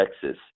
Texas